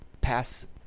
pass